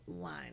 line